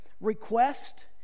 request